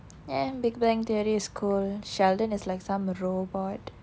eh big bang theory is cool sheldon is like some the robot